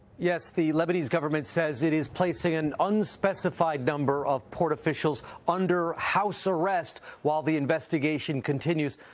yes. the lebanese government says it is placing an unspecified number of port officials under house arrest while the investigation continues,